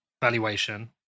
valuation